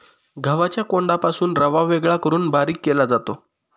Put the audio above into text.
गव्हाच्या कोंडापासून रवा वेगळा करून बारीक केला जातो